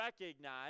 recognize